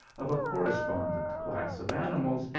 of a correspondent class of animals,